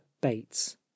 Bates